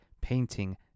painting